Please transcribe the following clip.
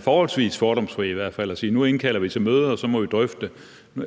forholdsvis fordomsfri i hvert fald og sige, at nu indkalder man til møde, og at så må vi drøfte det.